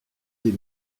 des